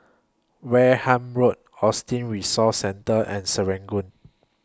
Wareham Road Autism Resource Centre and Serangoon